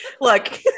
look